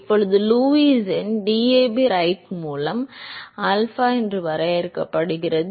இப்போது லூயிஸ் எண் DAB right மூலம் ஆல்பா என வரையறுக்கப்படுகிறது